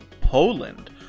Poland